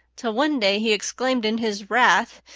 till one day he exclaimed in his wrath,